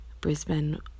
Brisbane